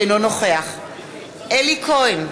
אינו נוכח אלי כהן,